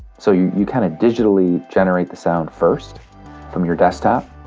so you you kind of digitally generate the sound first from your desktop,